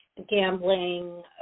gambling